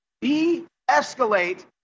de-escalate